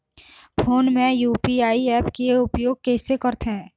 Phone मे UPI app के उपयोग कइसे करथे?